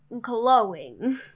glowing